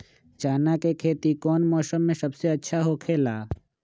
चाना के खेती कौन मौसम में सबसे अच्छा होखेला?